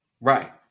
right